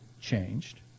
changed